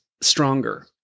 stronger